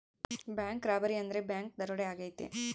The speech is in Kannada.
ಬ್ಯಾಂಕ್ ರಾಬರಿ ಅಂದ್ರೆ ಬ್ಯಾಂಕ್ ದರೋಡೆ ಆಗೈತೆ